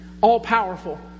All-powerful